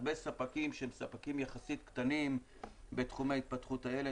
הרבה ספקים שהם ספקים יחסית קטנים בתחומי התפתחות הילד,